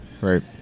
Right